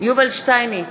יובל שטייניץ,